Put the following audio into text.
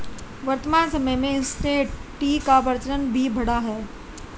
वर्तमान समय में इंसटैंट टी का प्रचलन भी बढ़ा है